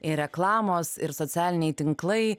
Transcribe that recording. ir reklamos ir socialiniai tinklai